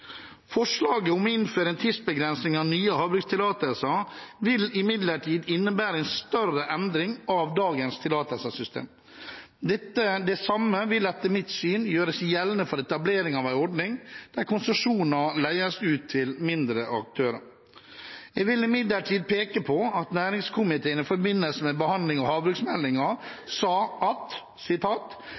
Forslaget om å innføre en tidsbegrensning av nye havbrukstillatelser vil imidlertid innebære en større endring av dagens tillatelsessystem. Det samme vil etter mitt syn gjøre seg gjeldende for etablering av en ordning der konsesjoner leies ut til mindre aktører. Jeg vil imidlertid peke på at næringskomiteen i forbindelse med behandling av havbruksmeldingen sa at